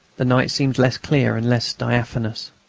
the night seemed less clear and less diaphanous.